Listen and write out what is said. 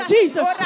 Jesus